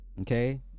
Okay